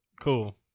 Cool